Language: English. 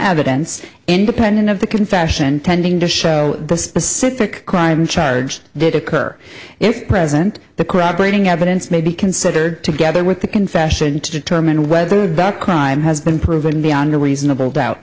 advents independent of the confession tending to show the specific crime charged did occur if present the corroborating evidence may be considered together with the confession to determine whether a crime has been proven beyond a reasonable doubt